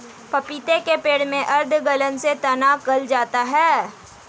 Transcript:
पपीते के पेड़ में आद्र गलन से तना गल जाता है